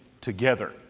together